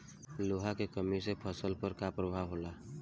लोहा के कमी से फसल पर का प्रभाव होला?